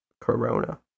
Corona